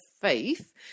faith